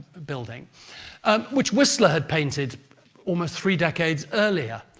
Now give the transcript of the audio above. building um which whistler had painted almost three decades earlier.